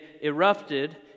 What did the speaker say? erupted